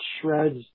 shreds